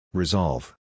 Resolve